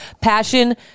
passion